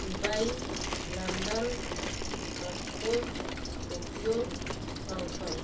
Dubai London Moscow Tokyo Hong Kong